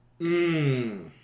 Mmm